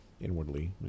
inwardly